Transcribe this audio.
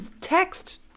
text